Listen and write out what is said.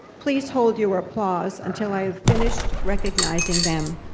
please hold your applause until i have finished recognizing them.